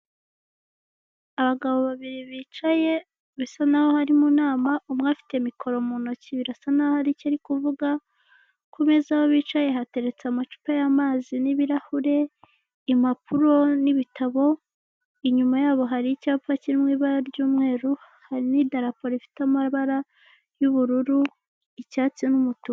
Abagabo babiri bicaye bisa nkaho bari mu nama, umwe afite mikoro mu ntoki birasa naho hari icyo ari kuvuga, ku meza bicaye hateretse amacupa y'amazi n'ibirahure, impapuro n'ibitabo, inyuma yabo hari icyapa kirimo ibara ry'umweru hari n'idaraporo rifite amabara y'ubururu, icyatsi n'umutuku.